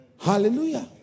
Hallelujah